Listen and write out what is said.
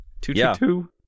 Two-two-two